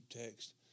text